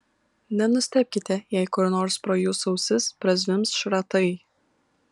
nenustebkite jei kur nors pro jūsų ausis prazvimbs šratai